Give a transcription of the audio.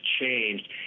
changed